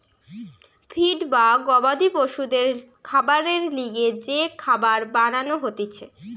feed বা গবাদি পশুদের খাবারের লিগে যে খাবার বানান হতিছে